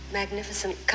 magnificent